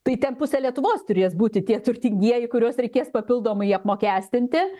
tai ten pusė lietuvos turės būti tie turtingieji kuriuos reikės papildomai apmokestinti